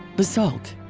basalt,